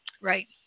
right